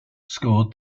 scored